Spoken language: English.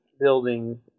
building